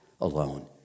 alone